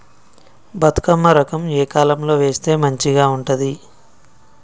బతుకమ్మ రకం ఏ కాలం లో వేస్తే మంచిగా ఉంటది?